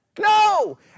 No